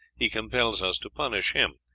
he compels us to punish him,